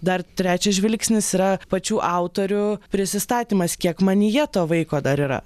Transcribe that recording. dar trečias žvilgsnis yra pačių autorių prisistatymas kiek manyje to vaiko dar yra